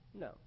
No